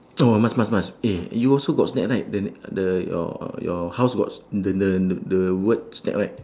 oh must must must eh you also got snack right the the your your house got sn~ the the the word snack right